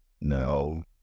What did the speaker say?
No